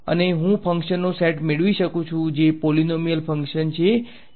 અને હું ફંક્શનનો સેટ મેળવી શકું છું જે પોલીનોમીયલ ફંક્શન છે જે એકબીજા માટે ઓર્થોગોનલ છે